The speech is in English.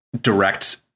direct